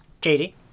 Katie